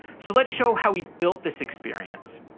so let's show how we built this experience.